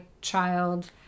child